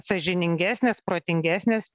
sąžiningesnis protingesnis